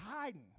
hiding